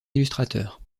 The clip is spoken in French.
illustrateur